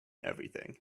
everything